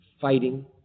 fighting